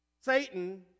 Satan